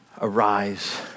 arise